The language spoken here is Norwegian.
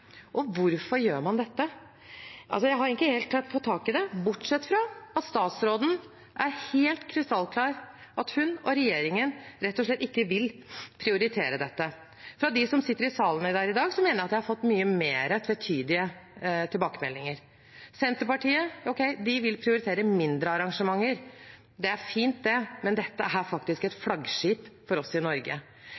Og hvorfor gjør man dette? Jeg har ikke klart å få tak i det, bortsett fra at statsråden er helt krystallklar på at hun og regjeringen rett og slett ikke vil prioritere dette. Fra dem som sitter i salen her i dag, har jeg fått mye mer tvetydige tilbakemeldinger. Ok, Senterpartiet vil prioritere mindre arrangementer. Det er fint, det, men dette er faktisk et